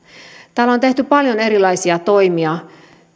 täällä on tehty paljon erilaisia toimia